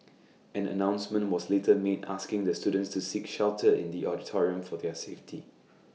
an announcement was later made asking the students to seek shelter in the auditorium for their safety